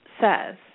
says